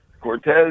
Cortez